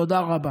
תודה רבה.